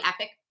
Epic